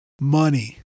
Money